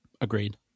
Agreed